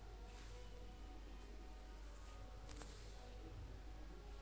poultry बेवसाय करइया मन ह जादातर बायलर नसल के कुकरा ल जादा पालथे